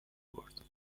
برد